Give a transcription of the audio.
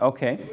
Okay